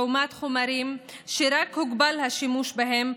לעומת חומרים שרק הוגבל השימוש בהם,